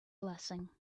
blessing